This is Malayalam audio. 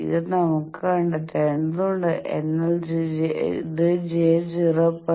ഇത് നമുക്ക് കണ്ടെത്തേണ്ടതുണ്ട് എന്നാൽ ഇത് j 0